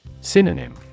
Synonym